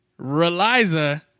Reliza